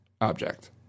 object